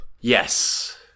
Yes